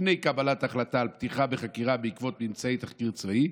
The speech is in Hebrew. לפני קבלת החלטה על פתיחה בחקירה בעקבות ממצאי תחקיר צבאי,